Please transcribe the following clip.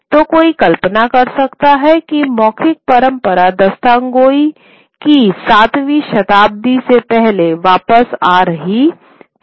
तो कोई कल्पना कर सकता है कि मौखिक परंपरा दास्तानगोई की सातवीं शताब्दी से पहले वापस आ रही थी